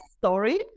story